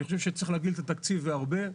אני חושב שצריך להגדיל את התקציב, והרבה,